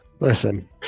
Listen